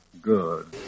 Good